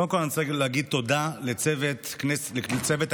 קודם כול אני צריך להגיד תודה לצוות הכנסת